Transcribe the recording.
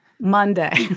Monday